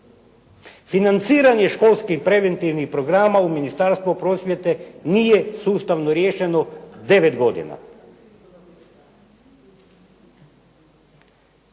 Financiranje školskim preventivnih programa u Ministarstvu prosvjete nije sustavno riješeno 9 godina.